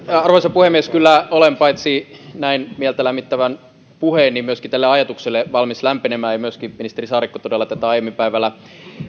arvoisa puhemies kyllä olen paitsi näin mieltä lämmittävälle puheelle myöskin tälle ajatukselle valmis lämpenemään ja ministeri saarikko todella tätä aiemmin päivällä